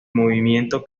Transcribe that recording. movimiento